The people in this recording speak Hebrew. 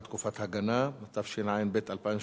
תקופת הגנה), התשע"ב 2012,